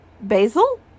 Basil